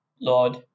Lord